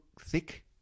thick